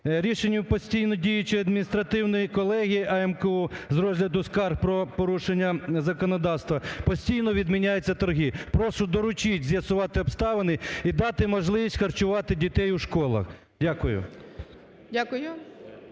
рішенню постійно діючому адміністративної колегії АМКУ з розгляду скарг про порушення законодавства постійно відміняються торги, прошу доручити з'ясувати обставити і дати можливість харчувати дітей у школах. Дякую.